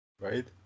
Right